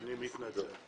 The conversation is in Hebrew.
אני מתנצל.